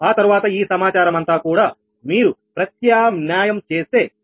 ఆ తర్వాత ఈ సమాచారం అంతా కూడా మీరు ప్రత్యామ్న్యాయం చేస్తే మీకు P13 2